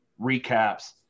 recaps